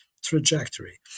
trajectory